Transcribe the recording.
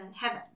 heaven